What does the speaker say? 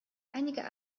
einige